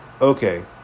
okay